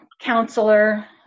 counselor